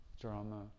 drama